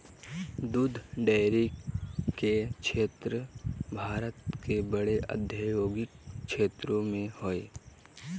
दूध डेरी के क्षेत्र भारत के बड़े औद्योगिक क्षेत्रों में हइ